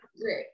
great